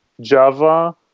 Java